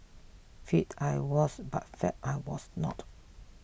fit I was but fab I was not